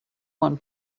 one